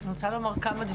אני רוצה לדבר